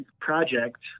project